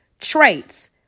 traits